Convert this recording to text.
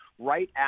right